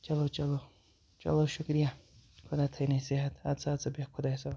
چلو چلو چلو شُکرِیہ خۄدا تھٲیہِ نَے صحت اَدٕ سا اَدٕ سا بہہ خۄدایس حوال